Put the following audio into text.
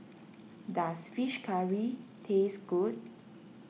does Fish Curry taste good